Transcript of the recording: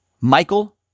Michael